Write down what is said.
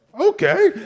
okay